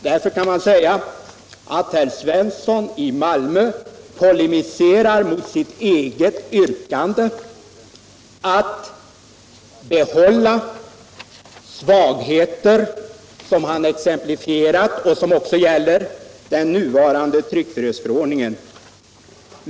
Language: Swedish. Därför kan man säga att herr Svensson i Malmö polemiserar mot sitt eget yrkande, att behålla svagheter som han exemplifierat och som också gäller den nuvarande tryckfrihetsförordningen.